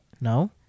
No